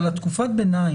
אבל תקופת הביניים,